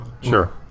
Sure